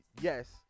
yes